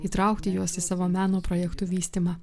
įtraukti juos į savo meno projektų vystymą